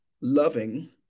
loving